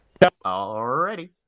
Alrighty